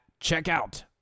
checkout